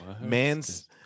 Man's